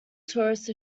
tourist